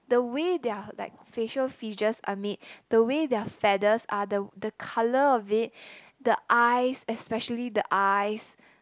the way their like facial features are made the way their feathers are the the colour of it the eyes especially the eyes